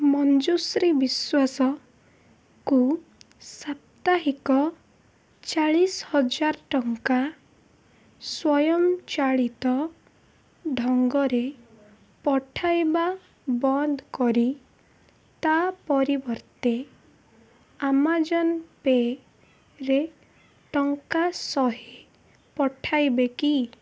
ମଞ୍ଜୁଶ୍ରୀ ବିଶ୍ୱାସଙ୍କୁ ସାପ୍ତାହିକ ଚାଳିଶି ହଜାର ଟଙ୍କା ସ୍ୱୟଂ ଚାଳିତ ଢ଼ଙ୍ଗରେ ପଠାଇବା ବନ୍ଦ କରି ତା ପରିବର୍ତ୍ତେ ଆମାଜନ୍ ପେରେ ଟଙ୍କା ଶହେ ପଠାଇବେ କି